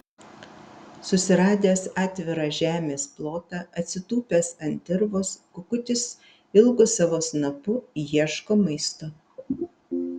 susiradęs atvirą žemės plotą atsitūpęs ant dirvos kukutis ilgu savo snapu ieško maisto